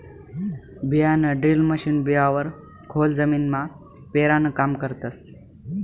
बियाणंड्रील मशीन बिवारं खोल जमीनमा पेरानं काम करस